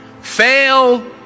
Fail